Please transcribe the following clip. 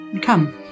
come